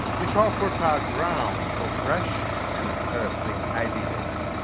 which are fertile ground for fresh and interesting ideas.